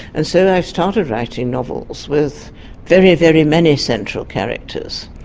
and so i started writing novels with very, very many central characters,